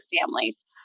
families